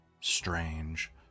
Strange